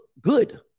good